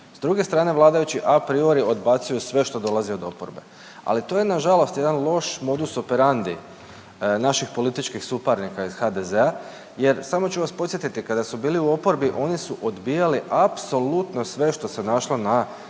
S druge strane vladajući, apriori odbacuju sve što dolazi od oporbe ali to je nažalost jedan loš modus operandi naših političkih suparnika iz HDZ-a jer samo ću vas podsjetiti, kada su bili u oporbi, oni su odbijali apsolutno sve što našlo na